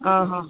અહં